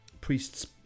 Priest's